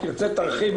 תרחיב,